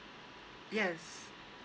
yes